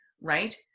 right